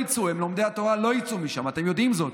לומדי התורה לא יצאו משם, אתם יודעים זאת,